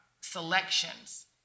selections